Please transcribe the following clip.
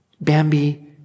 Bambi